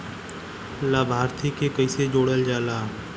लभार्थी के कइसे जोड़ल जाला?